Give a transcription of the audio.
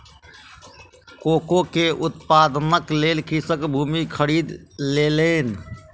cocoa के उत्पादनक लेल कृषक भूमि खरीद लेलैन